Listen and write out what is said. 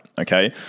okay